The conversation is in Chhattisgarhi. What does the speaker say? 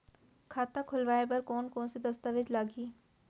खाता खोलवाय बर कोन कोन से दस्तावेज लागही?